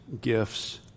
gifts